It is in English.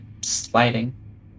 sliding